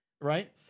right